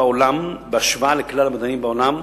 בהשוואה לכלל המדענים בעולם,